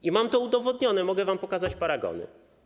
I mam to udowodnione, mogę wam pokazać paragony.